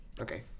okay